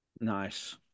Nice